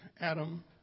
Adam